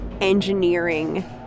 engineering